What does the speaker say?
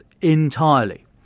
entirely